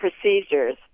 procedures